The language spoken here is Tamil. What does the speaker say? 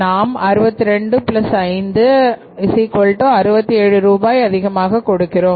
நாம் 62567 ரூபாய் அதிகமாக கொடுக்கிறோம்